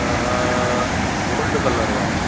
त gold colour वारो